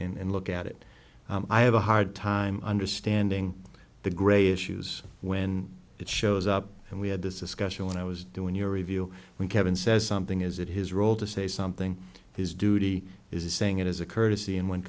and look at it i have a hard time understanding the gray issues when it shows up and we had this discussion when i was doing your review when kevin says something is it his role to say something his duty is saying it is a courtesy and when